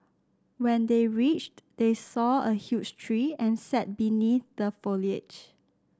when they reached they saw a huge tree and sat beneath the foliage